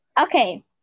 okay